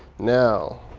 now